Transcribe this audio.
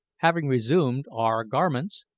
having resumed our garments,